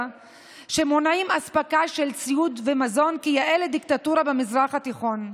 שמונעים אספקה של ציוד ומזון כיאה לדיקטטורה במזרח התיכון.